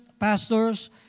Pastors